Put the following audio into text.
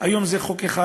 היום זה חוק אחד,